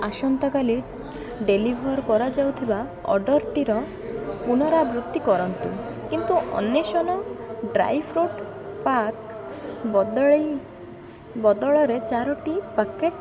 ଆସନ୍ତା କାଲି ଡେଲିଭର୍ କରାଯାଉଥିବା ଅର୍ଡ଼ର୍ଟିର ପୁନରାବୃତ୍ତି କରନ୍ତୁ କିନ୍ତୁ ଅନ୍ଵେଷଣ ଡ୍ରାଇ ଫ୍ରୁଟ୍ ପ୍ୟାକ୍ ବଦଳାଇ ବଦଳରେ ଚାରି ପ୍ୟାକେଟ୍